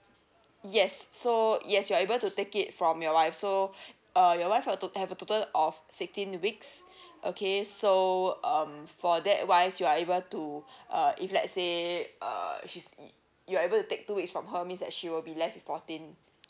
yes so yes you are able to take it from your wife so uh your wife have to have a total of sixteen weeks okay so um for that wise you are able to uh if let's say err she's you're able to take two weeks from her means that she will be left fourteen